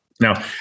Now